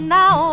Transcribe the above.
now